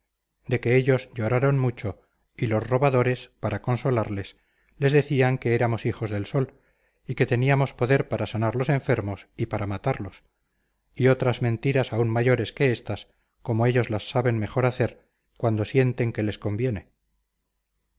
de que ellos lloraron mucho y los robadores para consolarles les decían que éramos hijos del sol y que teníamos poder para sanar los enfermos y para matarlos y otras mentiras aún mayores que éstas como ellos las saben mejor hacer cuando sienten que les conviene